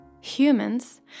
humans